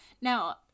Now